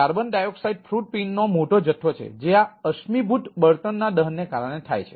carbon dioxide footprint નો મોટો જથ્થો છે જે આ અશ્મિભૂત બળતણ ના દહનને કારણે થાય છે